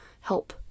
help